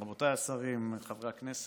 השרים, חברי הכנסת,